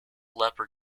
leppard